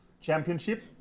Championship